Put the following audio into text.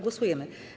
Głosujemy.